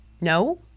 No